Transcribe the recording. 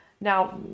Now